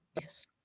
yes